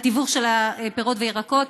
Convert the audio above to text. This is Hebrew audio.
התיווך של הפירות והירקות.